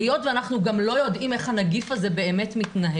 היות שאנחנו גם לא יודעים איך הנגיף הזה באמת מתנהג,